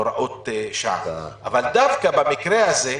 הוראות שעה, אבל דווקא במקרה הזה,